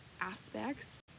aspects